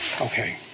Okay